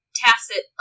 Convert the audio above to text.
tacit